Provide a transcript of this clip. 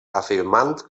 afirmant